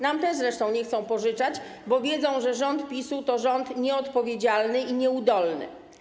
Nam też zresztą nie chcą pożyczać, bo wiedzą, że rząd PiS-u to rząd nieodpowiedzialny i nieudolny.